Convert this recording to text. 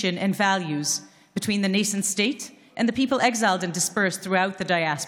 שליחות וערכים משותפים בין המדינה המתהווה ובין האנשים